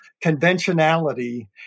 conventionality